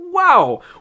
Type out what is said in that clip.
Wow